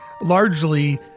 largely